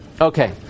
Okay